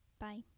Bye